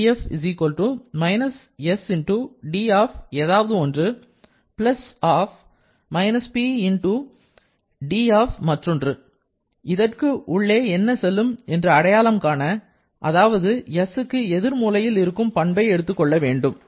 df - S × d ஏதோ ஒன்று - P × d மற்றொன்று இதற்கு உள்ளே என்ன செல்லும் என்று அடையாளம் காண அதாவது Sக்கு எதிர் மூலையில் இருக்கும் பண்பை எடுத்துக் கொள்ள வேண்டும்